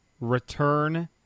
return